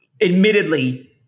Admittedly